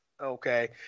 Okay